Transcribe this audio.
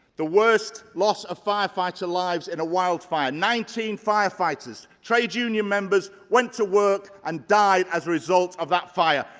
the worst loss of firefighter lives in a wild fire, nineteen firefighters, trade union members went to work and died as a result of that fire.